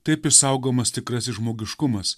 taip išsaugomas tikrasis žmogiškumas